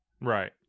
Right